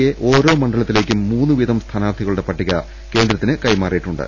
A ഓരോ മണ്ഡലത്തി ലേക്കും മൂന്ന് വീതം സ്ഥാനാർത്ഥികളുടെ പട്ടിക കൈന്ദ്ര ത്തിന് കൈമാറിയിട്ടുണ്ട്